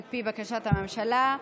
על פי בקשת הממשלה,